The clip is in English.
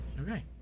Okay